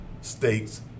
states